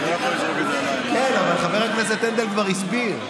האופוזיציה, כן, אבל חבר הכנסת הנדל כבר הסביר.